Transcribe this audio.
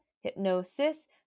hypnosis